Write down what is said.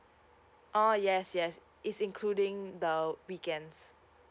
orh yes yes it's including the weekends